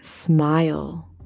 Smile